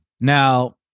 Now